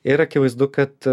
ir akivaizdu kad